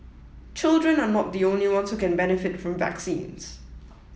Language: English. children are not the only ones who can benefit from vaccines